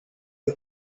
you